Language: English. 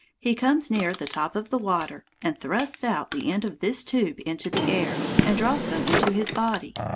he comes near the top of the water, and thrusts out the end of this tube into the air, and draws some into his body.